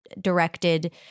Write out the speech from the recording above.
directed